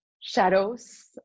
shadows